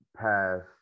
passed